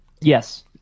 yes